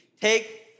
take